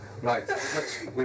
Right